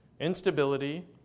Instability